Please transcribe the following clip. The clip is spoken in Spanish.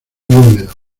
húmedo